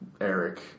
Eric